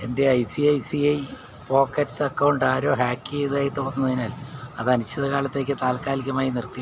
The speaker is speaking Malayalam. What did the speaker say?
എൻ്റെ I C I C I pockets account ആരോ ഹാക്ക് ചെയ്തതായി തോന്നുന്നതിനാൽ അത് അനിശ്ചിതകാലത്തേക്ക് താൽക്കാലികമായി നിർത്തി